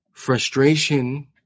Frustration